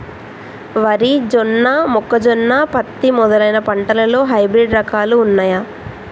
వరి జొన్న మొక్కజొన్న పత్తి మొదలైన పంటలలో హైబ్రిడ్ రకాలు ఉన్నయా?